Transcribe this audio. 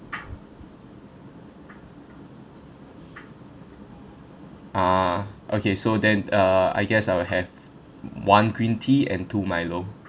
ah okay so then uh I guess I'll have one green tea and two milo